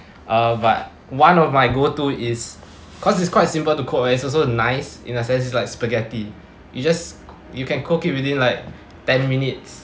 uh but one of my go-to is cause it's quite simple to cook it's also nice in a sense like spaghetti you just you can cook it within like ten minutes